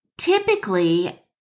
Typically